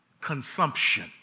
consumption